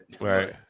Right